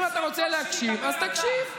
אם אתה רוצה להקשיב, אז תקשיב.